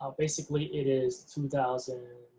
ah basically, it is two thousand